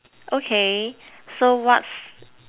okay so what's